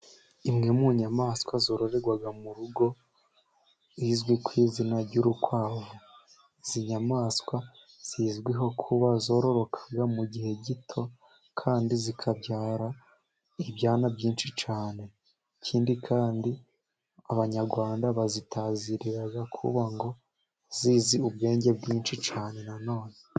Imwe mu nyamaswa zororerwa mu rugo izwi ku izina ry'urukwavu. Izi nyamaswa zizwiho kuba zororoka mu gihe gito kandi zikabyara ibyana byinshi cyane ikindi kandi abanyarwanda bazitazirira kuba ngo zizi ubwenge bwinshi cyane nanone.